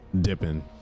dipping